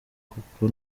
kuko